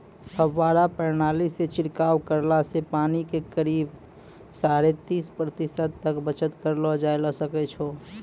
फव्वारा प्रणाली सॅ छिड़काव करला सॅ पानी के करीब साढ़े तीस प्रतिशत तक बचत करलो जाय ल सकै छो